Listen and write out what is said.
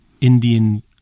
Indian